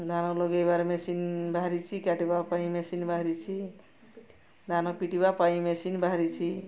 ଧାନ ଲଗେଇବାର ମେସିନ୍ ବାହାରିଛି କାଟିବା ପାଇଁ ମେସିନ୍ ବାହାରିଛି ଧାନ ପିଟିବା ପାଇଁ ମେସିନ୍ ବାହାରିଛି